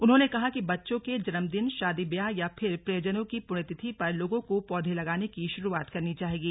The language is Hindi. उन्होंने कहा कि बच्चों के जन्मदिन शादी ब्याह या फिर प्रियजनों की पुण्यतिथि पर लोगों को पौधे लगाने की शुरूआत करनी चाहिये